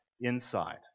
inside